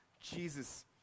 Jesus